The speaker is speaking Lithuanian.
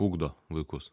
ugdo vaikus